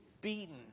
beaten